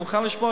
אני מוכן לשמוע,